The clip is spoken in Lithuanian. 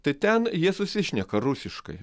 tai ten jie susišneka rusiškai